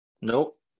Nope